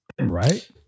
right